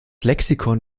lexikon